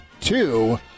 two